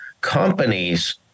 companies